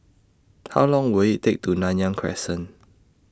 How Long Will IT Take to Nanyang Crescent